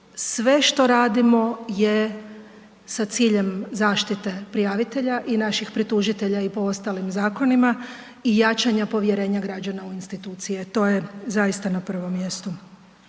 sve što radimo je sa ciljem zaštite prijavitelja i naših pretužitelja i po ostalim zakonima i jačanja povjerenja građana u institucije, to je zaista na prvom mjesto.